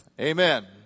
Amen